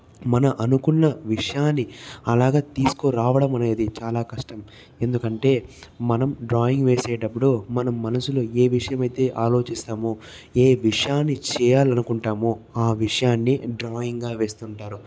మన అనుకున్న విషయాన్ని అలాగా తీసుకురావడం అనేది చాలా కష్టం ఎందుకంటే మనం డ్రాయింగ్ వేసేటప్పుడు మనం మనసులో ఏ విషయం అయితే ఆలోచిస్తామో ఏ విషయాన్ని చేయాలనుకుంటామో ఆ విషయాన్ని డ్రాయింగ్గా వేస్తుంటారు